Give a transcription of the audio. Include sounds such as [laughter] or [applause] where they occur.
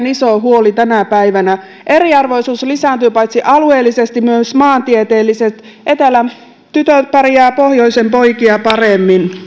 [unintelligible] iso huoli tänä päivänä eriarvoisuus lisääntyy paitsi alueellisesti myös maantieteellisesti etelän tytöt pärjäävät pohjoisen poikia paremmin